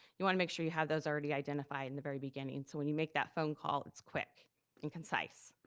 you wanna make sure you have those already identified in the very beginning. so when you make that phone call, it's quick and concise.